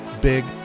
big